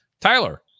Tyler